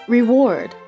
Reward